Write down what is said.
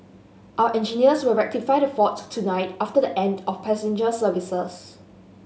our engineers will rectify the fault tonight after the end of passenger services